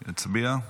יצביע.